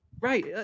right